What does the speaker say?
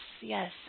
Yes